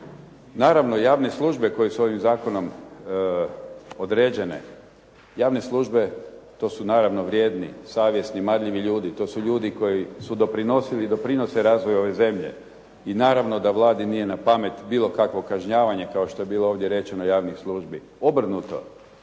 Naravno, javne službe koje su ovim zakonom određene, javne službe to su naravno vrijedni, savjesni, marljivi ljudi, to su ljudi koji su doprinosili i doprinose razvoju ove zemlje i naravno da Vladi nije na pamet bilo kakvo kažnjavanje kao što je bilo ovdje rečeno javnih službi. Obrnuto,